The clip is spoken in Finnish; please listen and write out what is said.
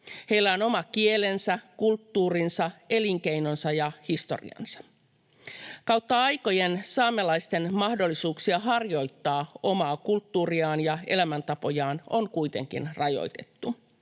Heillä on oma kielensä, kulttuurinsa, elinkeinonsa ja historiansa. Kautta aikojen saamelaisten mahdollisuuksia harjoittaa omaa kulttuuriaan ja elämäntapojaan on kuitenkin rajoitettu.